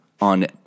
on